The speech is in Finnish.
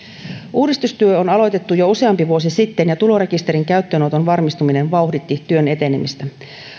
uudistustyö on aloitettu jo useampi vuosi sitten ja tulorekisterin käyttöönoton varmistuminen vauhditti työn etenemistä